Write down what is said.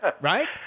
right